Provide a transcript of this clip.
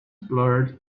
blurred